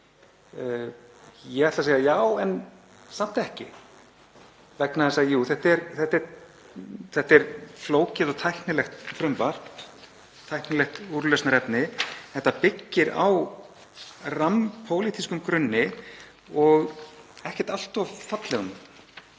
Ég ætla að segja já en samt ekki. Vissulega er þetta flókið og tæknilegt frumvarp og tæknilegt úrlausnarefni, en byggir þó á rammpólitískum grunni og ekkert allt of fallegum.